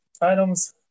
items